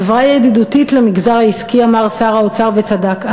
חברה ידידותית למגזר העסקי, אמר שר האוצר, וצדק.